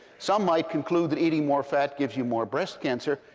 some might conclude that eating more fat gives you more breast cancer.